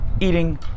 eating